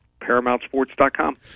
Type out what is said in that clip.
ParamountSports.com